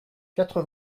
quatre